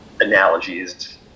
analogies